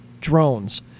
Drones